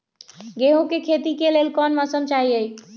गेंहू के खेती के लेल कोन मौसम चाही अई?